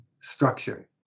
structure